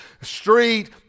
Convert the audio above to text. Street